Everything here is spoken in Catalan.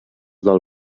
del